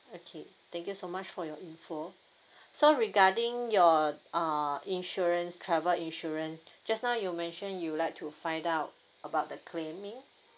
okay thank you so much for your info so regarding your uh insurance travel insurance just now you mentioned you would like to find out about the claiming